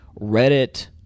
Reddit